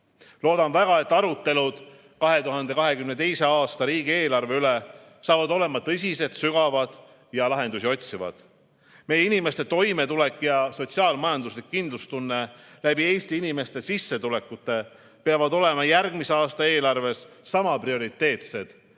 Loodan väga, et arutelud 2022. aasta riigieelarve üle saavad olema tõsised, sügavad ja lahendusi otsivad. Meie inimeste toimetuleku ja sotsiaal-majandusliku kindlustunde tagavad sissetulekud peavad olema järgmise aasta eelarves sama prioriteetsed